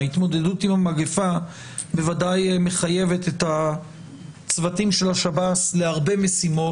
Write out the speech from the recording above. ההתמודדות עם המגפה בוודאי מחייבת את הצוותים של השב"ס להרבה משימות.